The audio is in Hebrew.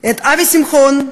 את אבי שמחון,